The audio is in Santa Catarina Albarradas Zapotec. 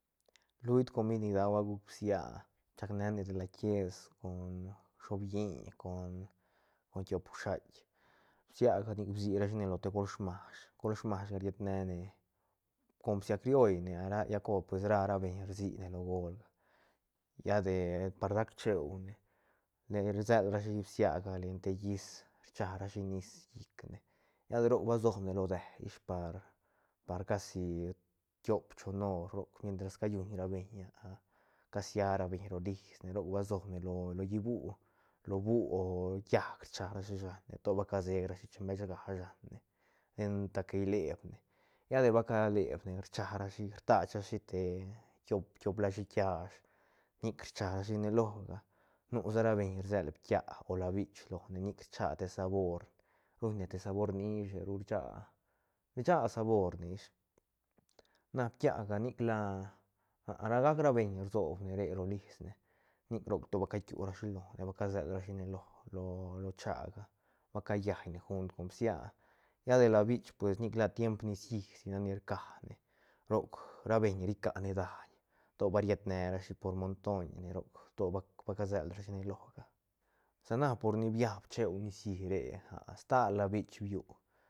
Lu ult comid ni dagua guc bsia chagneane te la quies con shobilliñ con tiop SHUAIT bsiaga nic bsirashi lo te göl smash göl smashga riet ne ne com bsia criollne a lla cor ra ra beñ rsine lo gölga lla de pa gac cheune rselrashi bsia len te llish rcharashi nis llicne lla de roc ba sobne lo dë par casi tiop choon hor roc mientras callunra beñ cashia ra beñ rolisne roc ba sobne lo llibú lo bú o llaäc rcha rashi shanne to ba casec rashi chenga shanne ten ta que liebne lla de ba calebne rcha rashi rtach rashi tiop la shiiht kiash nic rcharashi loga nu sa ra beñ rsel ptia o labich lone nic rcha te sabor ruñne te sabor nishe ru rcha rcha saborne ish na ptiaga nic la ra gac ra beñ rsobne la gac ro lisne nic roc to ba cakiurashi lone ba ca selrashi lo- lo chága ba callaine gunt con bsia lla de labich pues nic la tiemp nicií si nac ni rcane roc ra beñ ricane daiñ to ba riet nerashi por montoiñne roc to ba- ba caselrashi ne loga sa na por ni biab cheu nicií re stal labich biu